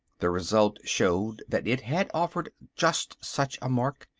the result showed that it had offered just such a mark.